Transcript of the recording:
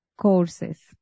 courses